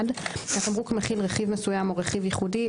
(1) התמרוק מכיל רכיב מסוים או רכיב ייחודי,